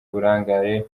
uburangare